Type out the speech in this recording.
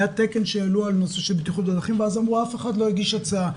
היה תקן שהעלו על נושא של בטיחות בדרכים ואז אמרו שאף אחד לא הגיש הצעה.